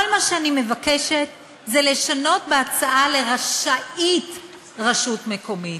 כל מה שאני מבקשת זה לשנות בהצעה ל"רשאית רשות מקומית",